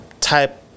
type